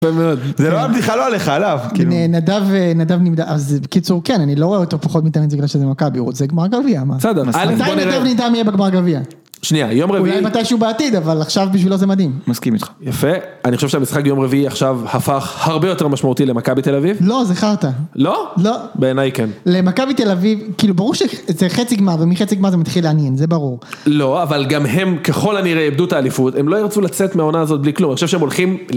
יפה מאד. זה לא הבדיחה לא עליך, עליו. נדב נמדה, אז בקיצור כן, אני לא רואה יותר פחות מתעניין בגלל שזה מכבי, הוא רוצה גמר גביע, מה. בסדר. מתי נדב נמדה יהיה בגמר גביע? שנייה, יום רביעי. אולי מתישהו בעתיד, אבל עכשיו בשבילו זה מדהים. מסכים איתך. יפה, אני חושב שהמשחק יום רביעי עכשיו הפך הרבה יותר משמעותי למכבי תל אביב. לא, זה חרטא. לא? לא. בעיניי כן. למכבי תל אביב, כאילו ברור שזה חצי גמר, ומחצי גמר זה מתחיל לעניין, זה ברור. לא, אבל גם הם ככל הנראה איבדו את האליפות, הם לא ירצו לצאת מהעונה הזאת בלי כלום, אני חושב שהם הולכים...